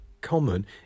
common